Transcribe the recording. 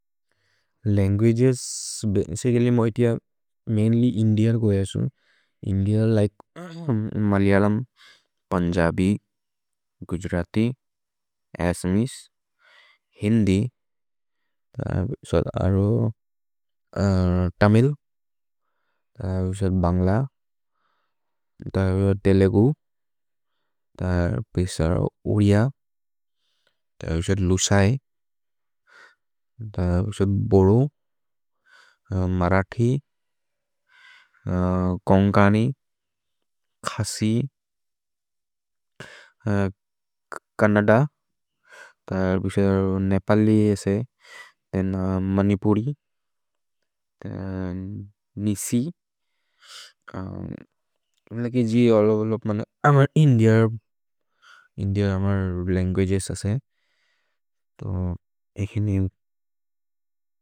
Languages basically मोइ तिअ mainly Indian गोय सुन्, इन्दिअर् लिके मलयलम्, पुन्जबि, गुज्रति, असनिस्, हिन्दि, तमिल्, भन्ग्ल, तेलुगु, उरिय, लुसै, भोरु, Marathi, Konkani, Khasi, Kannada, Nepali, Manipuri, Nyishi, India is my language.